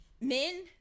Men